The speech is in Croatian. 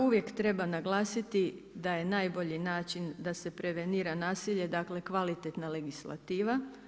Uvijek treba naglasiti da je najbolji način da se prevenira nasilje dakle kvalitetna legislativa.